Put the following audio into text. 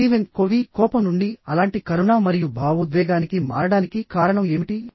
Steven Covey కోపం నుండి అలాంటి కరుణ మరియు భావోద్వేగానికి మారడానికి కారణం ఏమిటి